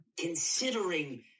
considering